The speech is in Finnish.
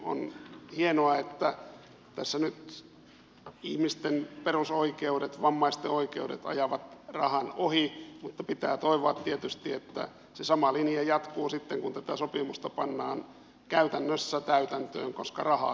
on hienoa että tässä nyt ihmisten perusoikeudet vammaisten oikeudet ajavat rahan ohi mutta pitää toivoa tietysti että se sama linja jatkuu sitten kun tätä sopimusta pannaan käytännössä täytäntöön koska rahaa se vaatii jatkossakin